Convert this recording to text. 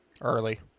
early